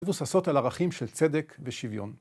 ‫מבוססות על ערכים של צדק ושוויון.